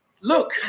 look